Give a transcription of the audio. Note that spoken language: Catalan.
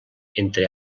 entre